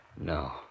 No